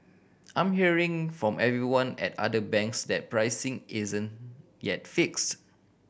I'm hearing from everyone at other banks that pricing isn't yet fix